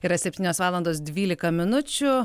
yra septynios valandos dvylika minučių